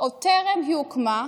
עוד טרם היא הוקמה,